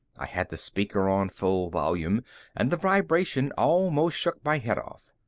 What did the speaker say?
i had the speaker on full volume and the vibration almost shook my head off.